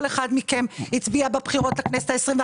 כל אחד מכם הצביע בבחירות לכנסת ה-21,